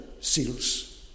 seals